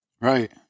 Right